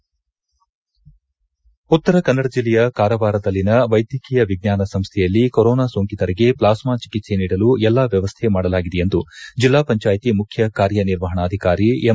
corona ಜಿಲ್ಲೆಗಳು ಉತ್ತರ ಕನ್ನಡ ಜಿಲ್ಲೆಯ ಕಾರವಾರದಲ್ಲಿನ ವೈದ್ಯಕೀಯ ವಿಜ್ಞಾನ ಸಂಸ್ಥೆಯಲ್ಲಿ ಕೊರೊನಾ ಸೋಂಕಿತರಿಗೆ ಪ್ಲಾಸ್ಮಾ ಚಿಕಿತ್ಸೆ ನೀಡಲು ಎಲ್ಲಾ ವ್ಯವಸ್ಥೆ ಮಾಡಲಾಗಿದೆ ಎಂದು ಜಿಲ್ಲಾ ಪಂಚಾಯಿತಿ ಮುಖ್ಯ ಕಾರ್ಯನಿರ್ವಾಪಣಾಧಿಕಾರಿ ಎಂ